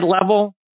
level